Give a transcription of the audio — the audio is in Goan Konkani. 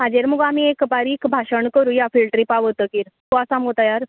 हाजेर मगो आमी एक बारीक भाशण करुया फिल्डट्रिपा वतकीर तूं आसा मगो तयार